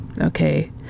Okay